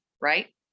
right